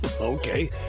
Okay